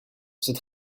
cette